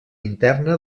interna